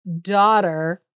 daughter